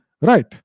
right